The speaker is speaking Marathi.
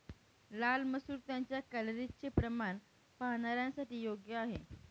लाल मसूर त्यांच्या कॅलरीजचे प्रमाण पाहणाऱ्यांसाठी योग्य आहे